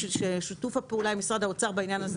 שיתוף הפעולה עם משרד האוצר בעניין הזה